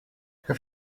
have